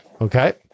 Okay